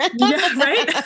right